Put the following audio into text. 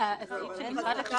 בראיות כדי